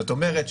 זאת אומרת,